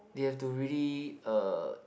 we have to really er